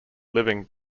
living